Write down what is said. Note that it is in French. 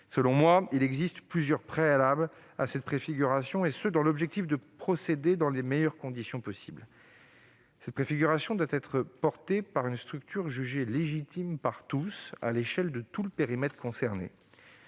Selon moi, il existe plusieurs préalables à cette préfiguration, et ce afin d'avancer dans les meilleures conditions possible. La préfiguration doit être portée par une structure jugée légitime par tous au niveau de l'ensemble du périmètre concerné.